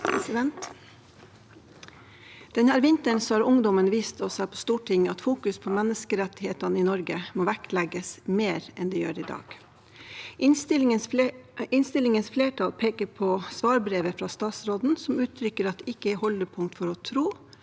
Denne vinteren har ungdommen vist oss her på Stortinget at menneskerettighetene i Norge må vektlegges mer enn de gjør i dag. I innstillingen peker et flertall på svarbrevet fra statsråden, som uttrykker at det ikke er holdepunkter for å tro